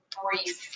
brief